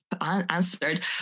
answered